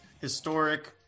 historic